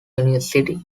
university